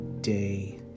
day